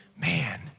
man